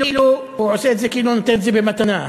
הוא עושה כאילו הוא נותן את זה במתנה.